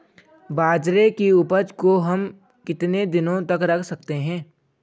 बाजरे की उपज को हम कितने दिनों तक रख सकते हैं?